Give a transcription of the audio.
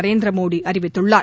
நரேந்திர மோடி அறிவித்துள்ளார்